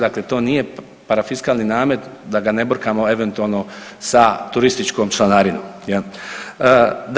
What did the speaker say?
Dakle, to nije parafiskalni namet da ga ne brkamo eventualno sa turističkom članarinom jel.